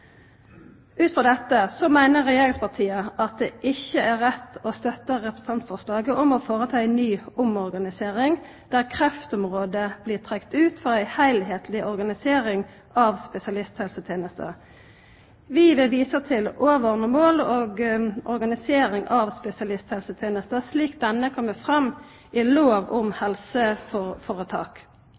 Ut frå dette meiner regjeringspartia at det ikkje er rett å støtta representantforslaget om ei ny omorganisering, der kreftområdet blir trekt ut frå ei heilskapleg organisering av spesialisthelsetenesta. Vi vil visa til overordna mål og organisering av spesialisthelsetenesta slik ho kjem fram i lov om